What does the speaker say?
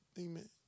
Amen